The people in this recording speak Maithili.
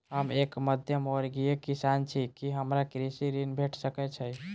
हम एक मध्यमवर्गीय किसान छी, की हमरा कृषि ऋण भेट सकय छई?